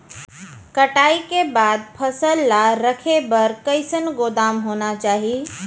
कटाई के बाद फसल ला रखे बर कईसन गोदाम होना चाही?